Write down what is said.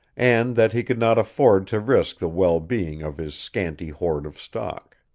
and that he could not afford to risk the well-being of his scanty hoard of stock.